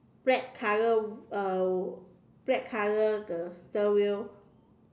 black color uh black color the steer wheel